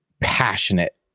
passionate